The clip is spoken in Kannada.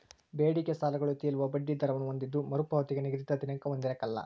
ಬೇಡಿಕೆ ಸಾಲಗಳು ತೇಲುವ ಬಡ್ಡಿ ದರವನ್ನು ಹೊಂದಿದ್ದು ಮರುಪಾವತಿಗೆ ನಿಗದಿತ ದಿನಾಂಕ ಹೊಂದಿರಕಲ್ಲ